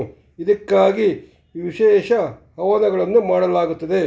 ಇದಕ್ಕಾಗಿ ವಿಶೇಷ ಹವನಗಳನ್ನು ಮಾಡಲಾಗುತ್ತದೆ